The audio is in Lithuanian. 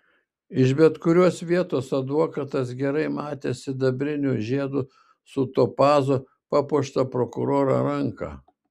iš bet kurios vietos advokatas gerai matė sidabriniu žiedu su topazu papuoštą prokuroro ranką